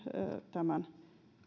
tämän